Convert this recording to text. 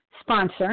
sponsor